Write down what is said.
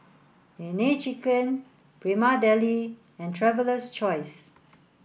Nene Chicken Prima Deli and Traveler's Choice